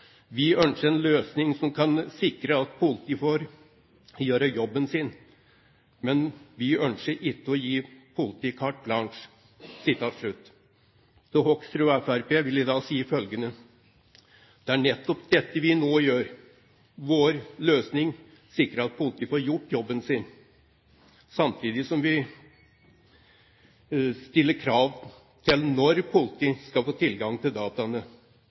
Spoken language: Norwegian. vi ønsker ikke å gi politiet carte blanche.» Til Hoksrud og Fremskrittspartiet vil jeg da si følgende: Det er nettopp dette vi nå gjør. Vår løsning sikrer at politiet får gjort jobben sin, samtidig som vi stiller krav til når politiet skal få tilgang til dataene.